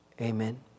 Amen